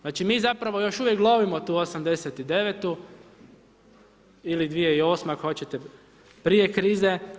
Znači mi zapravo još uvijek lovimo tu '89.-tu, ili 2008. ako hoćete prije krize.